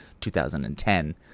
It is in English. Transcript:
2010